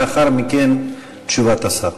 לאחר מכן תשובת השר.